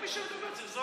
זה מה שמפריע לו פתאום?